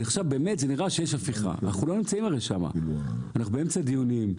אנחנו באמצע דיונים,